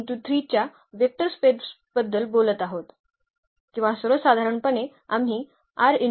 म्हणून हा एक आधार आहे जो आपण आधार लिहित आहोत